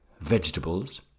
Vegetables